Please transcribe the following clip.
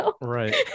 Right